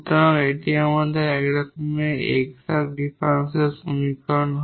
সুতরাং এটি একটি এক্সাট ডিফারেনশিয়াল সমীকরণ